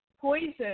Poison